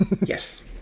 Yes